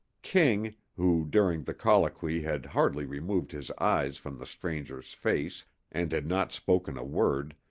king, who during the colloquy had hardly removed his eyes from the stranger's face and had not spoken a word,